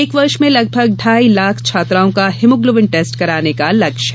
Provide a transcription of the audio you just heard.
एक वर्ष में लगभग ढाई लाख छात्राओं का हीमोग्लोबिन टेस्ट कराने का लक्ष्य है